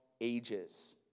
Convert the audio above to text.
ages